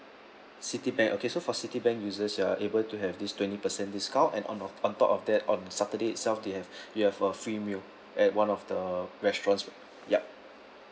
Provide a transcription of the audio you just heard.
Citibank okay so for Citibank users you are able to have this twenty percent discount and on the on top of that on saturday itself they have you have a free meal at one of the restaurant yup